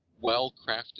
well-crafted